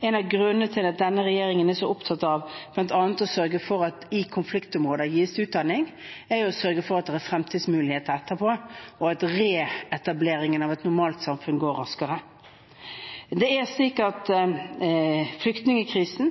En av grunnene til at denne regjeringen er så opptatt av bl.a. å sørge for at det i konfliktområder gis utdanning, er å sørge for at det er fremtidsmuligheter etterpå, og at reetableringen av et normalt samfunn går raskere. Flyktningkrisen